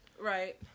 Right